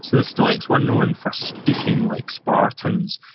so the stoics were known for speaking like spartans.